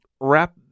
wrap